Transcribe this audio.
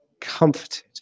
comforted